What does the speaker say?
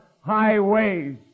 highways